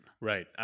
Right